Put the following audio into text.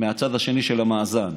מהצד השני של המאזן.